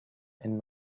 and